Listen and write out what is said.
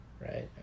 right